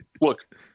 look